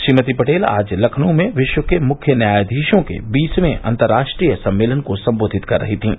श्रीमती पटेल आज लखनऊ में विश्व के मुख्य न्यायाधीशों के बीसवें अन्तर्राष्ट्रीय सम्मेलन को संबोवित कर रही थीं